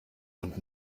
und